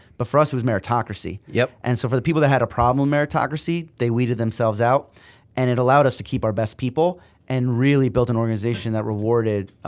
but for us it was meritocracy. yeah and so for the people that had a problem with meritocracy, they weeded themselves out and it allowed us to keep our best people and really build an organization that rewarded